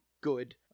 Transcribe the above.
good